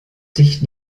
dich